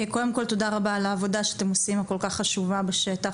קודם כל תודה רבה על העבודה הכל-כך חשובה שאתם עושים בשטח,